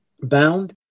bound